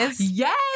Yes